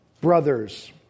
brothers